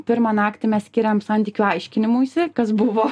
pirmą naktį mes skiriam santykių aiškinimuisi kas buvo